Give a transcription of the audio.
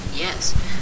Yes